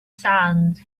sand